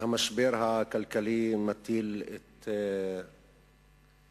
המשבר הכלכלי מטיל את אימתו